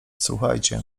słuchajcie